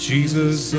Jesus